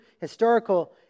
historical